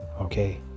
okay